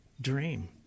dream